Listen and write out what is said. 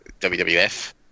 WWF